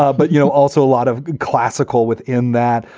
ah but you know, also a lot of classical within that.